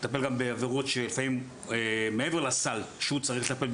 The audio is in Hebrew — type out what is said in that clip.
הוא לפעמים מטפל גם בעבירות שהן מעבר לסל שהוא צריך לטפל בו,